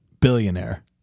billionaire